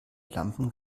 lampen